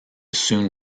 soon